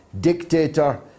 dictator